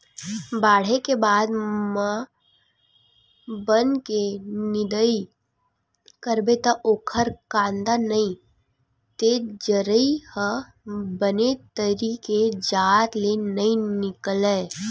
बाड़हे के बाद म बन के निंदई करबे त ओखर कांदा नइ ते जरई ह बने तरी के जात ले नइ निकलय